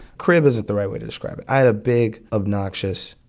crib isn't the right way to describe it. i had a big, obnoxious,